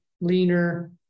leaner